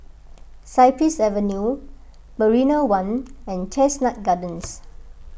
Cypress Avenue Marina one and Chestnut Gardens